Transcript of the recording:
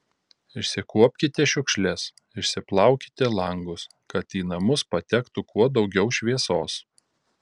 išsikuopkite šiukšles išsiplaukite langus kad į namus patektų kuo daugiau šviesos